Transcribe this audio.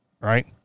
Right